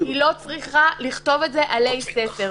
והיא לא צריכה לכתוב את זה עלי ספר.